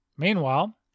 Meanwhile